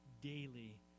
daily